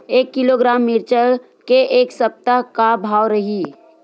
एक किलोग्राम मिरचा के ए सप्ता का भाव रहि?